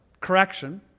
correction